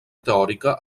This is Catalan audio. teòrica